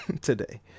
today